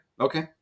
okay